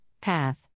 PATH